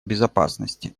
безопасности